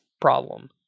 problem